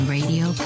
Radio